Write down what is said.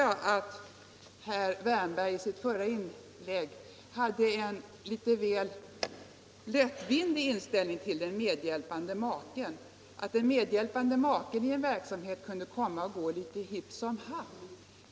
I sitt förra inlägg redovisade herr Wärnberg en litet väl lättvindig inställning till den medhjälpande maken. Det verkade som om den medhjälpande maken kunde komma och gå litet hipp som happ.